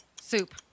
Soup